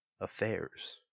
affairs